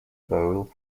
bowl